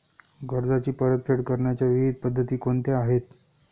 कर्जाची परतफेड करण्याच्या विविध पद्धती कोणत्या आहेत?